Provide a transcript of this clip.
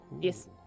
yes